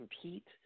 compete